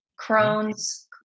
Crohn's